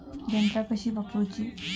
यंत्रा कशी वापरूची?